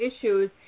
issues